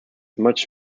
much